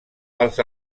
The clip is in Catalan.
als